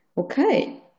Okay